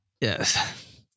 Yes